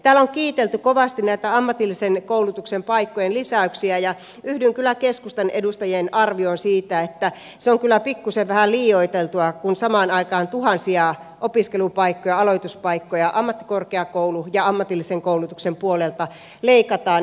täällä on kiitelty kovasti näitä ammatillisen koulutuksen paikkojen lisäyksiä ja yhdyn kyllä keskustan edustajien arvioon siitä että se on kyllä pikkusen vähän liioiteltua kun samaan aikaan tuhansia opiskelupaikkoja aloituspaikkoja ammattikorkeakoulu ja ammatillisen koulutuksen puolelta leikataan